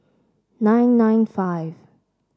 nine nine five